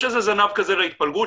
יש איזה זנב כזה בהתפלגות,